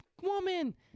woman